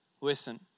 Listen